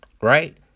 right